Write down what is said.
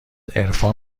عرفان